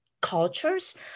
cultures